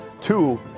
Two